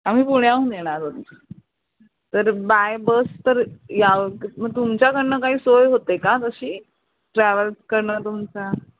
आम्ही पुण्याहून येणार आहो तर बाय बस तर यावं म तुमच्याकडनं काही सोय होते का तशी ट्रॅव्हल करणं तुमचा